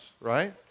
right